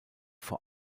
vor